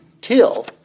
Till